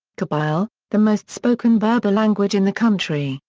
kabyle, the most spoken berber language in the country,